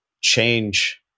change